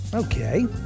Okay